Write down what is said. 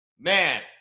Man